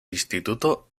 instituto